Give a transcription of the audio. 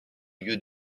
lieu